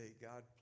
God